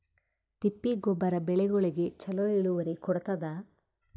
ತಿಪ್ಪಿ ಗೊಬ್ಬರ ಬೆಳಿಗೋಳಿಗಿ ಚಲೋ ಇಳುವರಿ ಕೊಡತಾದ?